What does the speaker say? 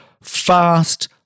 Fast